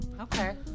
Okay